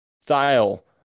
style